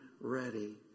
ready